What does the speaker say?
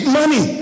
money